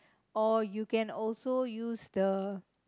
or you can also use the